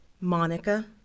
Monica